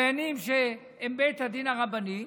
דיינים שהם בית הדין הרבני,